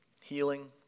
healing